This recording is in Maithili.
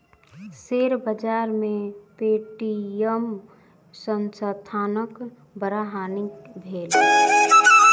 शेयर बाजार में पे.टी.एम संस्थानक बड़ हानि भेल